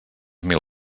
mil